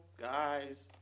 guys